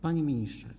Panie Ministrze!